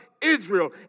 Israel